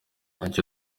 icyo